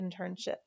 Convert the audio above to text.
internship